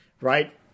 Right